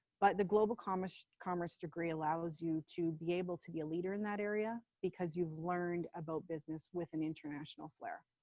but the global commerce commerce degree allows you to be able to be a leader in that area, because you've learned about business with an international flair.